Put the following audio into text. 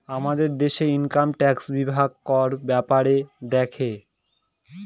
আমাদের দেশে income tax বিভাগ কর ব্যাপারে দেখে